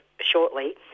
shortly